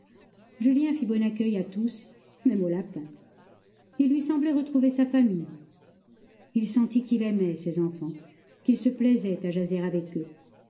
julien fit bon accueil à tous même au lapin il lui semblait retrouver sa famille il sentit qu'il aimait ces enfants qu'il se plaisait à jaser avec eux